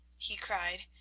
he cried,